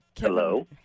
Hello